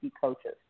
coaches